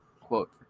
Quote